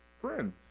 friends